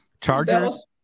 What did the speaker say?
chargers